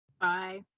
bye